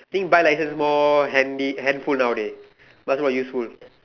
think bike license more handy handful nowadays much more useful